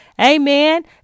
Amen